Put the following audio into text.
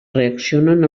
reaccionen